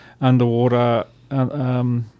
underwater